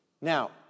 Now